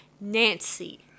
Nancy